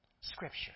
Scripture